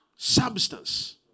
Substance